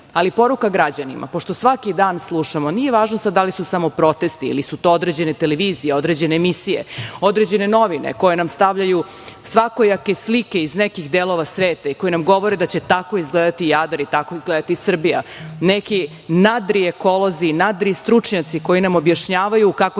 građanima, pošto svaki dan slušamo, nije važno sad da li su samo protesti ili su to određene televizije, određene emisije, određene novine koje nam stavljaju svakojake slike iz nekih delova sveta i koji nam govore da će tako izgledati Jadar i tako izgledati Srbija, neki nadri ekolozi, nadri stručnjaci koji nam objašnjavaju kako će